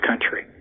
country